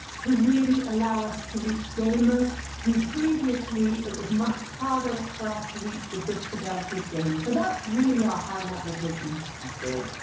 to really allow us to reach gamers who previously it was much harder for us to reach with this fidelity of game. so that's really our high-level vision. that's good.